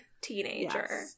teenager